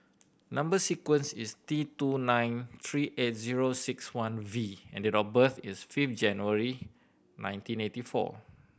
number sequence is T two nine three eight zero six one V and date of birth is fifth January nineteen eighty four